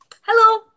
Hello